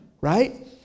Right